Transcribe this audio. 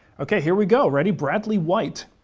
okay, here we go, ready. bradley white,